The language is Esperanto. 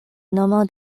nomo